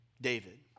David